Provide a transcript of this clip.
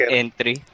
entry